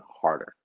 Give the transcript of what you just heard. harder